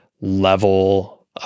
level